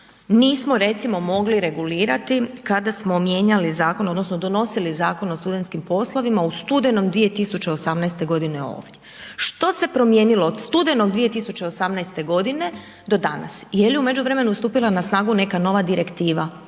nismo recimo mogli regulirati kada smo mijenjali zakon odnosno donosili Zakon o studentskim poslovima u studenom 2018. godine ovdje. Što se promijenilo od studenog 2018. godine do danas? Jeli u međuvremenu stupila na snagu neka nova direktiva?